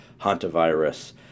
hantavirus